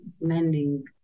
mending